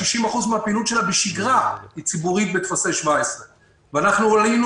60% מהפעילות שלה בשגרה היא ציבורית בטפסי 17. ועלינו